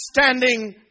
standing